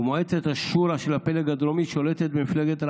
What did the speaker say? ומועצת השורא של הפלג הדרומי שולטת במפלגת רע"מ.